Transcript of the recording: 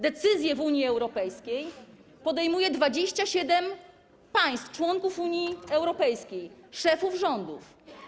Decyzje w Unii Europejskiej podejmuje 27 państw - członków Unii Europejskiej, szefów rządów.